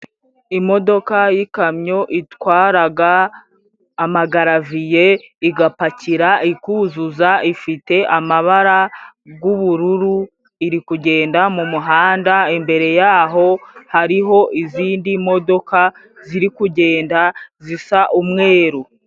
Imodoka y'ikamyo itwara amagaraviye igapakira ikuzuza, ifite amabara y'ubururu, iri kugenda mumuhanda imbere yaho hariho izindi modoka, ziri kugenda zisa umweru.